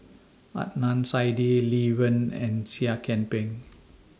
Adnan Saidi Lee Wen and Seah Kian Peng